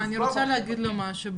ברשותך, אני רוצה לומר לו משהו.